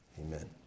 Amen